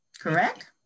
correct